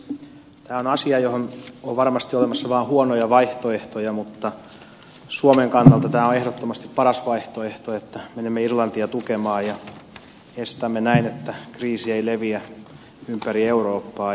tämä on asia johon on varmasti olemassa vain huonoja vaihtoehtoja mutta suomen kannalta tämä on ehdottomasti paras vaihtoehto että menemme irlantia tukemaan ja estämme näin kriisin leviämisen ympäri eurooppaa